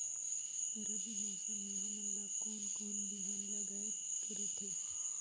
रबी मौसम मे हमन ला कोन कोन बिहान लगायेक रथे?